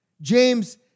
James